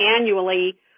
annually